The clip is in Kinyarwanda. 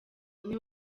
umwe